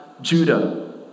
Judah